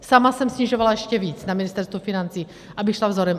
Sama jsem snižovala ještě víc na Ministerstvu financí, abych šla vzorem.